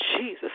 Jesus